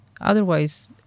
Otherwise